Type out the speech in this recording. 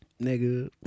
nigga